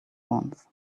wants